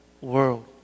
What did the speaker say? world